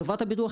חברת הביטוח,